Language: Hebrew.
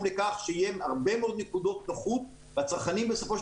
לכך שיהיו הרבה מאוד נקודות נוחות והצרכנים בסופו של